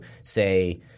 say